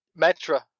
Metra